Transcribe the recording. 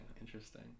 interesting